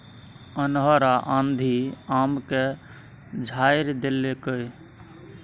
अन्हर आ आंधी आम के झाईर देलकैय?